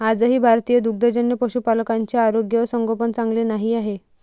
आजही भारतीय दुग्धजन्य पशुपालकांचे आरोग्य व संगोपन चांगले नाही आहे